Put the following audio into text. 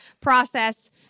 process